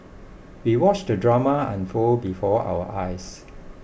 we watched the drama unfold before our eyes